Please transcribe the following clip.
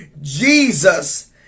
Jesus